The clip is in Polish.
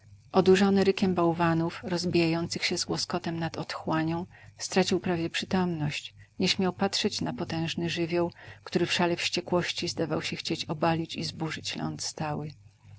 wybrzeża odurzony rykiem bałwanów rozbijających się z łoskotem nad otchłanią stracił prawie przytomność nie śmiał patrzeć na potężny żywioł który w szale wściekłości zdawał się chcieć obalić i zburzyć ląd stały